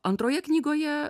antroje knygoje